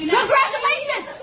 Congratulations